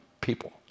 people